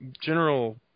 general